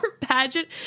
pageant